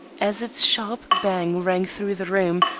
as its sharp bang rang through the room,